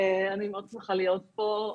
אני שמחה מאוד להיות פה.